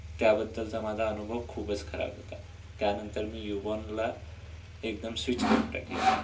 त्याबद्दलचा माझा अनुभव खूपच खराब होता त्यानंतर मी युबॉनला एकदम स्विच करून टाकलेलं आहे